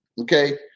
okay